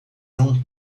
não